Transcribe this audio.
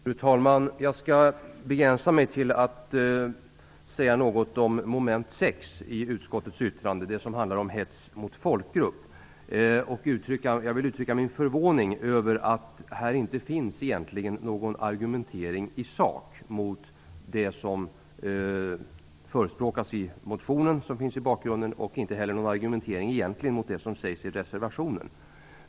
Fru talman! Jag skall begränsa mig till att säga något om moment 6 i utskottets yttrande. Det handlar om hets mot folkgrupp. Jag vill uttrycka min förvåning över att det inte finns någon argumentering i sak här mot det som förespråkas i den motion som finns i bakgrunden. Det finns egentligen inte heller någon argumentering mot det som sägs i reservationen.